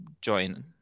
join